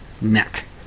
neck